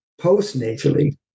postnatally